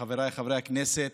חבריי חברי הכנסת,